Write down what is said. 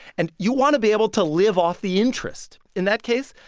and you want to be able to live off the interest. in that case,